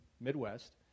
Midwest